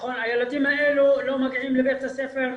הילדים האלה לא מגיעים לבית הספר,